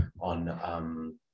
on